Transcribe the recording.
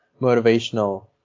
motivational